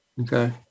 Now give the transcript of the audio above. Okay